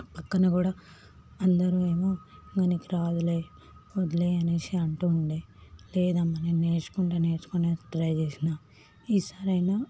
పక్కన కూడా అందరూ ఏమో ఇంక నీకు రాదులే వదిలే అనేసి అంటూ ఉండే లేదమ్మా నేను నేర్చుకుంటా నేర్చుకుని ట్రై చేసిన ఈ సారైనా